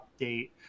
update